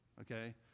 okay